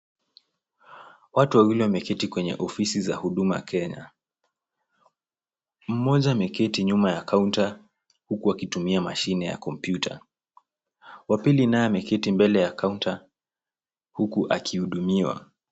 Watu wawili wameketi kwenye ofisi za Huduma Kenya. Mmoja ameketi nyuma ya kaunta huku akitumia mashine ya kompyuta. Wa pili naye ameketi mbele ya kaunta huku akihudumiwa.